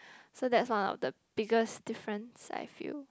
so that's one of the biggest difference I feel